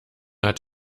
hat